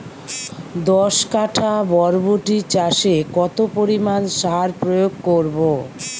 দশ কাঠা বরবটি চাষে কত পরিমাণ সার প্রয়োগ করব?